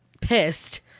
pissed